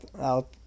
out